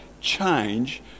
change